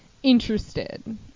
Interested